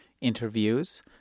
interviews